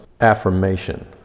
affirmation